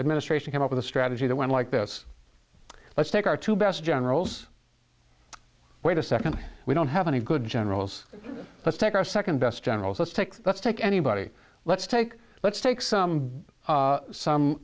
administration came up with a strategy that went like this let's take our two best generals wait a second we don't have any good generals let's take our second best generals let's take let's take anybody let's take let's take some some